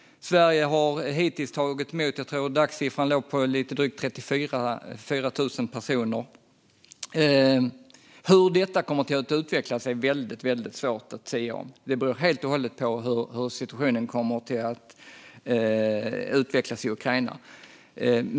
Sverige har hittills tagit emot drygt 34 000 personer. Hur detta kommer att utveckla sig är svårt att sia om. Det beror helt och hållet på hur situationen kommer att utvecklas i Ukraina.